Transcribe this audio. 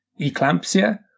eclampsia